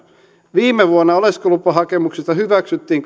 viime vuonna oleskelulupahakemuksista hyväksyttiin